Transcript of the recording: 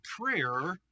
prayer